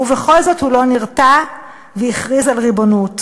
ובכל זאת הוא לא נרתע והכריז על ריבונות.